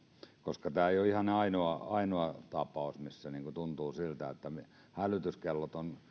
tämä ei ole ihan ainoa ainoa tapaus missä tuntuu siltä että hälytyskellot ovat